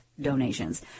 donations